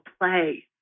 play